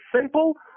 simple